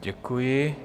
Děkuji.